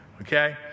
okay